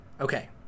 Okay